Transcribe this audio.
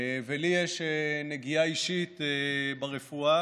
לי יש נגיעה אישית ברפואה,